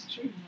true